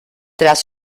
tras